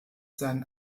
seinen